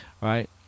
right